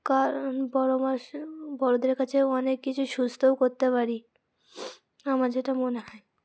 কারণ বড়ো মাস বড়দের কাছেও অনেক কিছু সুস্থও করতে পারি আমার যেটা মনে হয়